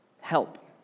help